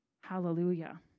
Hallelujah